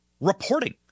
reporting